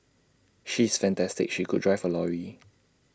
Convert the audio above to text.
she is fantastic she could drive A lorry